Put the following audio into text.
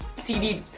cd,